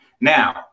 Now